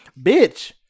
bitch